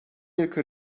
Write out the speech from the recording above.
yılki